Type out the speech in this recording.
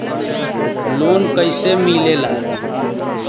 Loan कईसे मिलेला?